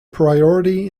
priority